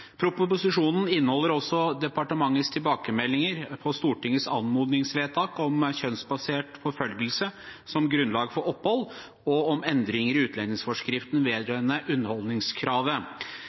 Proposisjonen inneholder også departementets tilbakemeldinger på Stortingets anmodningsvedtak om kjønnsbasert forfølgelse som grunnlag for opphold og om endringer i utlendingsforskriften vedrørende